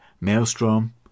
Maelstrom